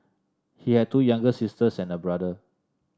he had two younger sisters and a brother